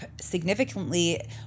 significantly